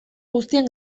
guztien